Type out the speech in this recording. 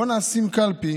בוא נשים קלפי